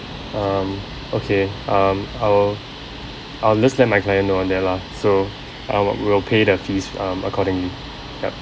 um okay um I'll I'll just let my client on that lah so uh we'll pay the fees um accordingly yup